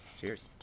Cheers